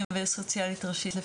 אני עובדת סוציאלית ראשית,